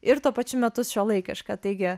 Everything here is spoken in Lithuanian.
ir tuo pačiu metu šiuolaikiška taigi